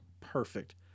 perfect